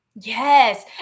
Yes